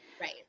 Right